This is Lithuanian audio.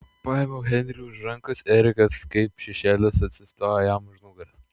paėmiau henrį už rankos erikas kaip šešėlis atsistojo jam už nugaros